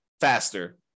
faster